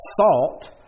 assault